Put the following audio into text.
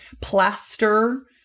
plaster